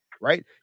right